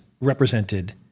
represented